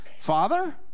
Father